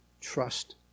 trust